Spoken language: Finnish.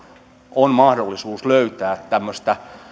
on mahdollisuus löytää tämmöistä